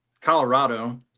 Colorado